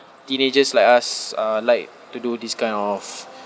teenagers like us uh like to do this kind of